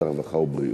עבודה, רווחה ובריאות.